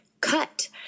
cut